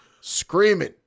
screaming